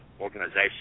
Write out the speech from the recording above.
organization